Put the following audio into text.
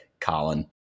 Colin